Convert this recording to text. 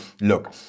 look